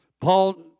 Paul